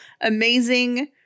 amazing